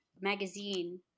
magazine